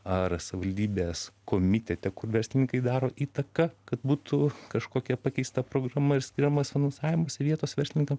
ar savivaldybės komitete kur verslininkai daro įtaką kad būtų kažkokia pakeista programa ir skiriamas finansavimas vietose verslininkams